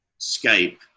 Skype